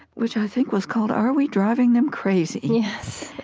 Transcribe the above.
which i think was called, are we driving them crazy?